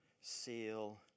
seal